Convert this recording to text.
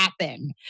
happen